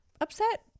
upset